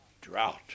drought